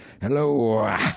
hello